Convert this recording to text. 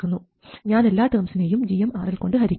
ഞാൻ എല്ലാ ടേംസിനെയും gmRL കൊണ്ട് ഹരിക്കും